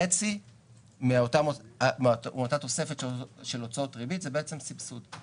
חצי מאותה תוספת של הוצאות ריבית זה בעצם סבסוד.